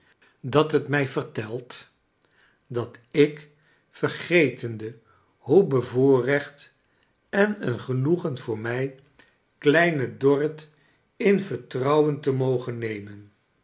dat het mij vertellen dat ik vergetende hoe bevoorrecht en een genoegen voor mij kleine dorrit in vertrouwen te mogen nemen